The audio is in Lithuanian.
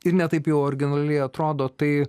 ir ne taip jau originaliai atrodo tai